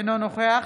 אינו נוכח